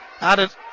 Added